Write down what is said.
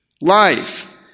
Life